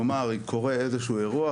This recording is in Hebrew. כלומר אם קורה איזשהו אירוע,